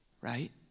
right